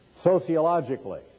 sociologically